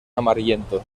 amarillento